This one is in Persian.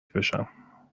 بشم